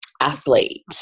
athlete